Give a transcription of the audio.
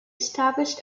established